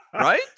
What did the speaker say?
Right